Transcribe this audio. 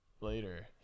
later